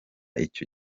icyo